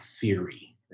theory